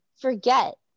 forget